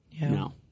No